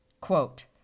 Quote